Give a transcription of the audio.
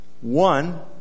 One